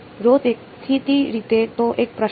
row દેખીતી રીતે તો એક પ્રશ્ન